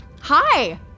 Hi